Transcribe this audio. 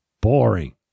boring